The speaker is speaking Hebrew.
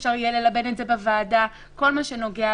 הם עושים עבודת קודש עם כל המטופלים ועם כל בעלי המוגבלות,